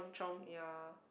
ya